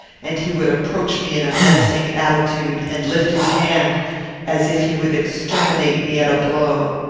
and he would approach me in a menacing attitude, and lift his hand as if he would exterminate me at a blow.